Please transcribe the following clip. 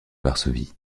varsovie